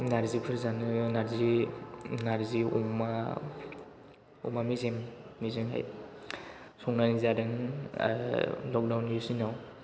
नारजिफोर जानो नारजि अमा अमा मेजेमहाय संनानै जादों आरो लकदाउन नि दिनाव